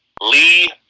Lee